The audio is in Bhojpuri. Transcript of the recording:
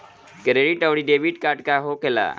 क्रेडिट आउरी डेबिट कार्ड का होखेला?